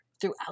throughout